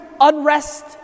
unrest